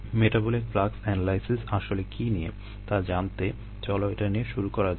metabolic flux analysis আসলে কী নিয়ে তা জানতে চলো এটা নিয়েই শুরু করা যাক